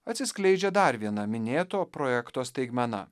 atsiskleidžia dar viena minėto projekto staigmena